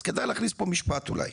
אז כדאי להכניס פה משפט אולי.